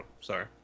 sorry